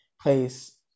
place